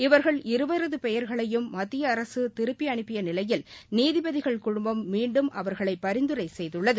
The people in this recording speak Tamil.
இவர்கள் இருவரது பெயர்களையும் மத்திய அரசு திருப்பி அனுப்பிய நிலையில் நீதிபதிகள் குழுமம் மீண்டும் அவர்களை பரிந்துரை செய்துள்ளது